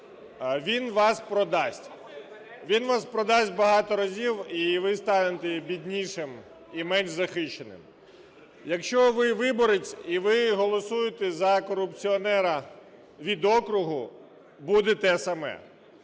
він вас продасть. Він вас продасть багато разів, і ви станете біднішим і менш захищеним. Якщо ви виборець і ви голосуєте за корупціонера від округу, буде те саме.